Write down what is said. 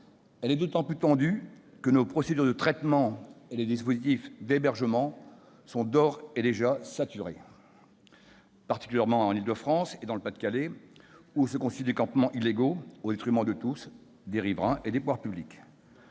Elle est d'autant plus tendue que nos procédures de traitement et les dispositifs d'hébergement sont d'ores et déjà saturés, particulièrement en Île-de-France et dans le Pas-de-Calais, où se constituent des campements illégaux, au détriment de tous, surtout des riverains et des pouvoirs publics.